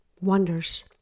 wonders